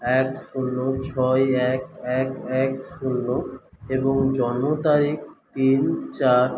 এক শূন্য ছয় এক এক এক শূন্য এবং জন্ম তারিখ তিন চার